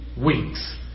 weeks